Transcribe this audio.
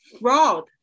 fraud